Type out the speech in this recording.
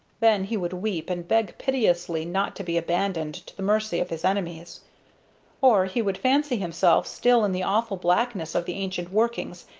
then he would weep, and beg piteously not to be abandoned to the mercy of his enemies or he would fancy himself still in the awful blackness of the ancient workings,